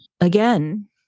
again